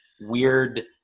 weird